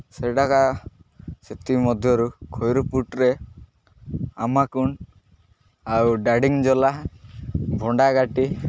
ସେଟାକା ସେଥି ମଧ୍ୟରୁ ଖଇରୁପୁଟରେ ଆମାକୁଣ୍ଡ ଆଉ ଡାଡ଼ିଙ୍ଗ୍ଜଲା ଭଣ୍ଡାଗାଟି